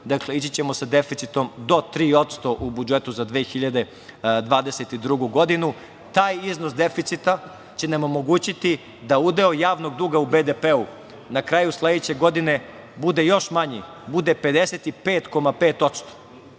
dakle, ići ćemo sa deficitom do 3% u budžetu za 2022. godinu. Taj iznos deficita će nam omogućiti da udeo javnog duga u BDP, na kraju sledeće godine bude još manji, bude 55,5%